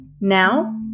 Now